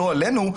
לא עלינו,